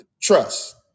trust